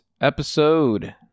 episode